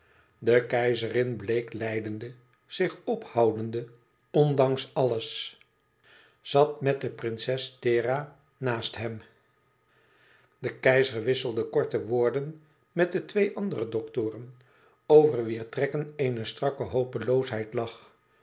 de keizerin bleek lijdende zich ophoudende ondanks alles zat met de prinses thera naast hem de keizer wisselde korte woorden met de twee andere doktoren over wier trekken eene strakke hopeloosheid lag